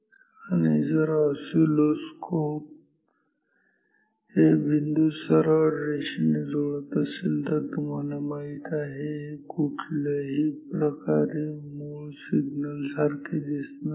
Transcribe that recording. आणि जर ऑसिलोस्कोप हे बिंदू सरळ रेषेने जोडत असेल तर तुम्हाला माहित आहे हे कुठल्याही प्रकारे मूळ सिग्नल सारखे दिसणार नाही